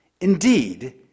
Indeed